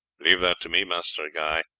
leave that to me, master guy,